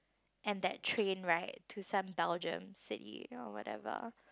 and that train right to some Belgium city oh whatever